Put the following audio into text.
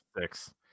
Six